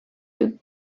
you